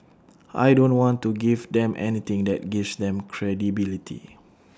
I don't want to give them anything that gives them credibility